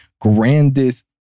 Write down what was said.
grandest